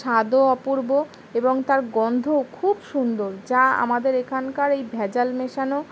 স্বাদও অপূর্ব এবং তার গন্ধ খুব সুন্দর যা আমাদের এখানকার এই ভেজাল মেশানো